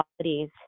qualities